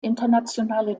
internationale